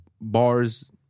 bars